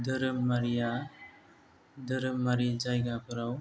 धोरोमारिया धोरोमारि जायगाफोराव